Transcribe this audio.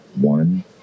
One